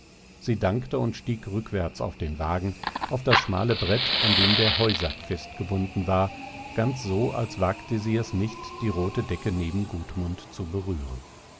sie dankte und stieg rückwärts auf den wagen auf das schmale brett an dem der heusack festgebunden war ganz so als wagte sie es nicht die rote decke neben gudmund zu berühren